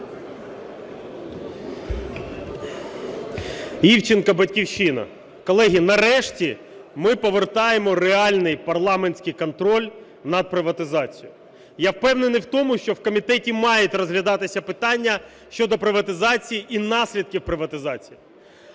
Івченко, "Батьківщина". Колеги, нарешті ми повертаємо реальний парламентський контроль над приватизацією. Я впевнений в тому, що в комітеті мають розглядатися питання щодо приватизації і наслідків приватизації.